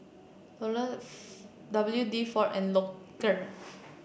W D four and Loacker